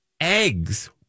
eggs